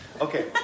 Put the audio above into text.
Okay